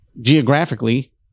geographically